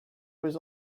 was